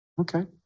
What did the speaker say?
Okay